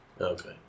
Okay